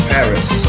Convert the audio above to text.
Paris